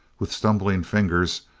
with stumbling fingers,